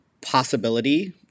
possibility